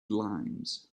limes